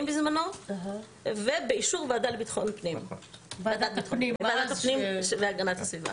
בזמנו ובאישור ועדת הפנים והגנת הסביבה.